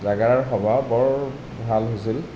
জাগাৰাৰ সভা বৰ ভাল হৈছিল